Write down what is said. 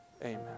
amen